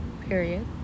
period